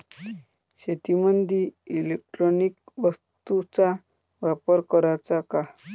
शेतीमंदी इलेक्ट्रॉनिक वस्तूचा वापर कराचा का?